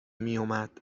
میومد